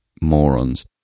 morons